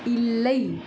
இல்லை